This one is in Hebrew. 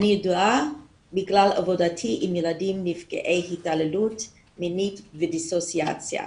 אני ידועה בגלל עבודתי עם ילדים נפגעי התעללות מינית ודיסאוסיאציה.